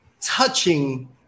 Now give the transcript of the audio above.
touching